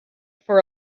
for